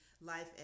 life